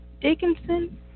Dickinson